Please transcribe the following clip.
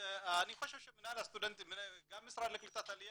אני חושב שמינהל הסטודנטים וגם המשרד לקליטת עליה